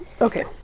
Okay